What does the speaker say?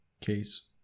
case